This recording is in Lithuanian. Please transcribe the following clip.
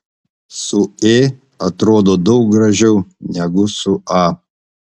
su ė atrodo daug gražiau negu su a